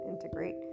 integrate